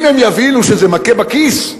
אם הם יבינו שזה מכה בכיס,